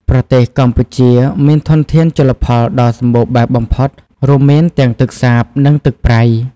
ប្រទេសកម្ពុជាមានធនធានជលផលដ៏សម្បូរបែបបំផុត រួមមានទាំងទឹកសាប និងទឹកប្រៃ។